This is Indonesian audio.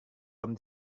tom